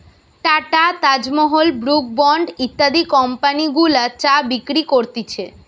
tata, Taj Mahal, Brooke Bond ইত্যাদি company গুলা চা বিক্রি করতিছে